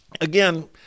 Again